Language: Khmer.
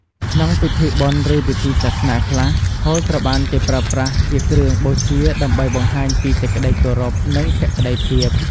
ក្នុងពិធីបុណ្យ ឬពិធីសាសនាខ្លះ ហូលត្រូវបានគេប្រើប្រាស់ជាគ្រឿងបូជា ដើម្បីបង្ហាញពីសេចក្តីគោរព និងភក្តីភាព។